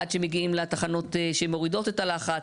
עד שמגיעים לתחנות שמורידות את הלחץ.